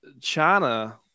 China